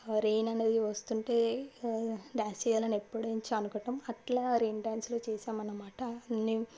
rain అన్నది వస్తుంటే dance చేయాలని ఎప్పటినుంచో అనుకోవడం అట్లా రెయిన్ డ్యాన్స్లో చేసామన్నమాట